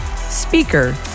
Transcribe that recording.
speaker